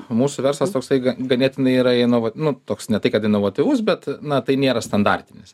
mūsų verslas toksai ga ganėtinai yra eina va nu toks ne tai kad inovatyvus bet na tai nėra standartinis